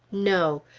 no!